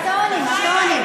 הטונים.